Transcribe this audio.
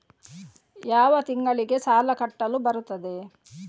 ಯಾವ ತಿಂಗಳಿಗೆ ಸಾಲ ಕಟ್ಟಲು ಬರುತ್ತದೆ?